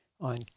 on